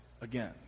again